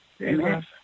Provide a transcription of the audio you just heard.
Amen